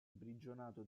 imprigionato